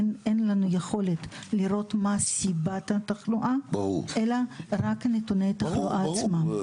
אין לנו יכולת לראות מה סיבת התחלואה אלא רק נתוני התחלואה עצמם.